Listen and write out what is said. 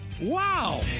Wow